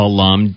Alum